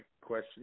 question